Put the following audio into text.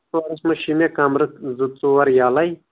منٛز چھی مےٚ کَمرٕ زٕ ژور یَلَے